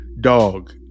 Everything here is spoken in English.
dog